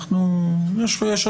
ביקשנו